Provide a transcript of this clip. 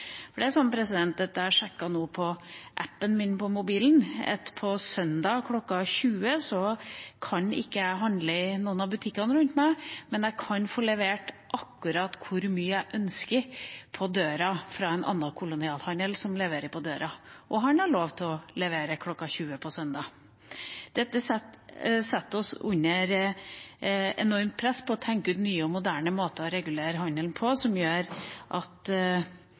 jeg sjekket nå på app-en min på mobilen: På søndager kl. 20 kan jeg ikke handle i noen av butikkene rundt meg, men jeg kan få levert akkurat hvor mye jeg ønsker på døra fra en annen kolonialhandel, en som leverer på døra og har lov til å levere kl. 20 på søndag. Dette setter oss under et enormt press med hensyn til å tenke ut nye og moderne måter å regulere handelen på, som gjør at